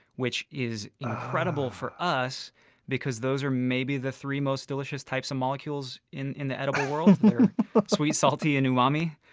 which is incredible for us because those are maybe the three most delicious types of molecules in in the edible world sweet, salty, and umami.